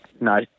No